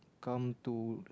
come to